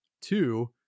two